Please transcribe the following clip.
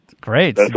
Great